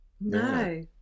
no